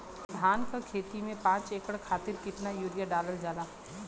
धान क खेती में पांच एकड़ खातिर कितना यूरिया डालल जाला?